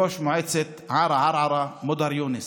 ראש מועצת ערערה מודר יונס,